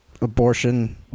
abortion